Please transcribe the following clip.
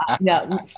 no